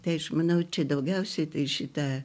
tai aš manau čia daugiausiai tai šitą